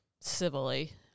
civilly